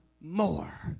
more